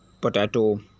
potato